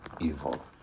evil